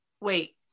wait